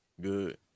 Good